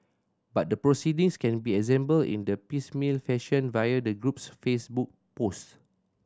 but the proceedings can be assembled in a piecemeal fashion via the group's Facebook post